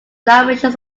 dimensions